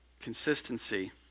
Consistency